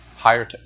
higher